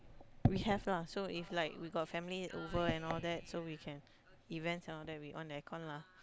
we have lah so if like we got family over and all that so we can events and all that we on the air con lah